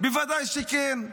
בוודאי שכן.